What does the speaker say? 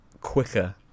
quicker